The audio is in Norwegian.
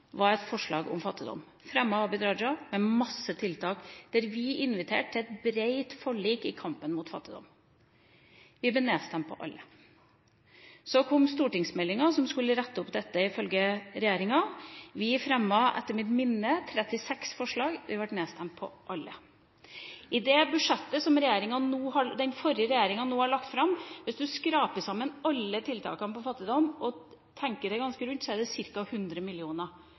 var et forslag om fattigdomsbekjempelse. Det ble fremmet av Abid Raja, med masse tiltak, der vi inviterte til et bredt forlik i kampen mot fattigdom. Vi ble nedstemt. Så kom stortingsmeldinga, som skulle rette opp dette, ifølge regjeringa. Vi fremmet, etter mitt minne, 36 forslag. Alle forslagene ble nedstemt. I det budsjettet som den forrige regjeringa nå har lagt fram, er det, hvis du skraper sammen alle tiltakene mot fattigdom, og tenker ganske rundt, ca 100